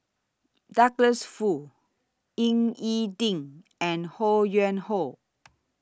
Douglas Foo Ying E Ding and Ho Yuen Hoe